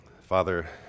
Father